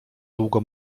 długo